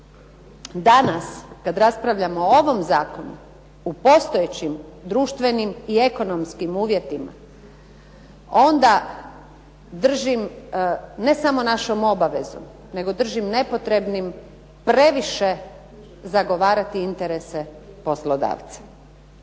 Danas kada raspravljamo o ovom zakonu u postojećim društvenim i ekonomskim uvjetima, onda držim ne samo našom obavezom, nego držim nepotrebnim previše zagovarati interese poslodavca.